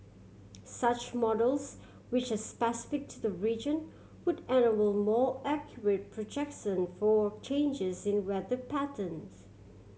such models which are specific to the region would enable more accurate projection for changes in weather patterns